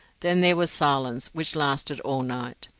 then there was silence, which lasted all night.